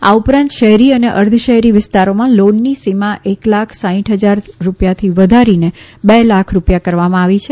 આ ઉપરાંત શહેરી અને અર્ધશહેરી વિસ્તારોમાં લોનની સીમા એક લાખ સાઇઠ હજાર રૂપિયાથી વધારીને બે લાખ રૂપિયા કરવામાં આવી છે